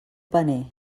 paner